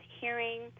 hearing